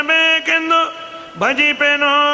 Bajipeno